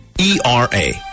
E-R-A